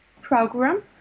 program